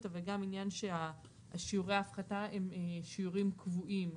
וגם עניין ששיעורי ההפחתה הם שיעורים קבועים,